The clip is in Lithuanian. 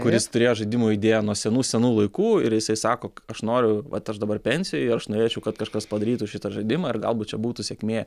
kuris turėjo žaidimų idėją nuo senų senų laikų ir jisai sako aš noriu vat aš dabar pensijoj aš norėčiau kad kažkas padarytų šitą žaidimą ir galbūt čia būtų sėkmė